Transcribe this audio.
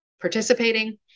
participating